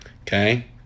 Okay